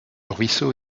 ruisseau